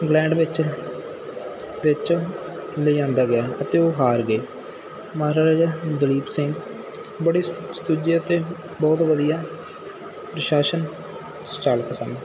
England ਵਿੱਚ ਵਿੱਚ ਲਿਆਉਂਦਾ ਗਿਆ ਅਤੇ ਉਹ ਹਾਰ ਗਏ ਮਹਾਰਾਜਾ ਦਲੀਪ ਸਿੰਘ ਬੜੇ ਸੁ ਸੁਚੱਜੇ ਅਤੇ ਬਹੁਤ ਵਧੀਆ ਪ੍ਰਸ਼ਾਸਨ ਸੰਚਾਲਕ ਸਨ